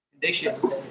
conditions